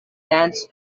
dance